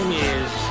years